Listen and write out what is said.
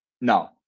no